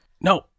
No